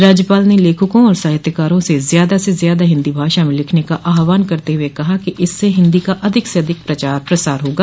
राज्यपाल ने लेखकों और साहित्यकारों से ज़्यादा से ज़्यादा हिन्दी भाषा में लिखने का आहवान करते हुए कहा कि इससे हिन्दी का अधिक से अधिक प्रचार प्रसार होगा